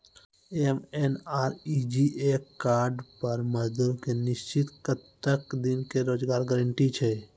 MNREGA card पर मजदुर के निश्चित कत्तेक दिन के रोजगार गारंटी छै?